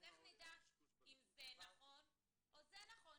אז איך נדע אם זה נכון או זה נכון.